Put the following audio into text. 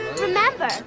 Remember